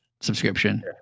subscription